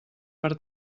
per